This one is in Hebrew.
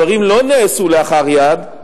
הדברים לא נעשו כלאחר יד,